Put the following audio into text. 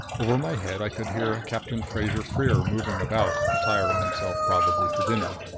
over my head i could hear captain fraser-freer moving about attiring himself, probably, for dinner.